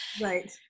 Right